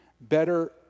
Better